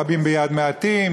רבים ביד מעטים,